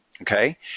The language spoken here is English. okay